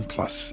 Plus